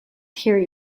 hear